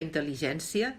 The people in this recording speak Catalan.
intel·ligència